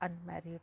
unmarried